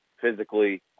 physically